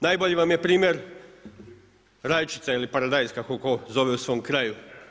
Najbolji vam je primjer rajčica ili paradajz kako ko zove u svom kraju.